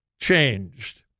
changed